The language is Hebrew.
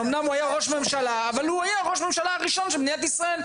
אמנם הוא היה ראש ממשלה אבל הוא היה ראש הממשלה הראשון של מדינת ישראל.